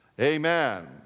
Amen